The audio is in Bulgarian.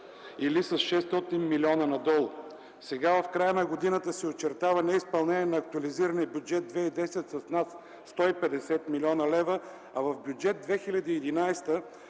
Или с 600 милиона надолу. Сега в края на годината се очертава неизпълнение на актуализирания Бюджет 2010 с над 150 млн. лв., а в Бюджет 2011